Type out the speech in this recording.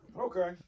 okay